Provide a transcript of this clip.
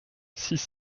six